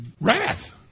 wrath